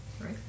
Right